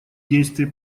действий